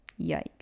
yikes